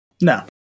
No